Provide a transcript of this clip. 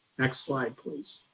next slide please.